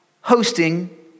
hosting